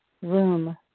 room